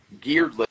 geared